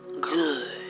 good